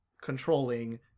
controlling